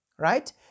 right